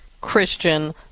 christian